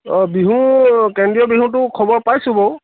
অ বিহু কেন্দ্ৰীয় বিহুতো খবৰ পাইছোঁ বাৰু